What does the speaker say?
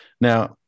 Now